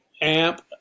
amp